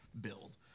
build